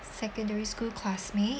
secondary school classmate